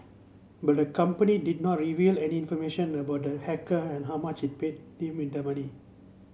but the company did not reveal any information about the hacker and how much it paid him the money